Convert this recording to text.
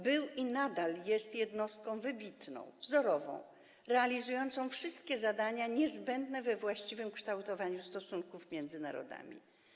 Był on i nadal jest jednostką wybitną, wzorową, realizującą wszystkie zadania niezbędne do właściwego kształtowania stosunków między narodami.